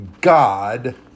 God